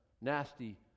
nasty